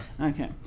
Okay